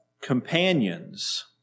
companions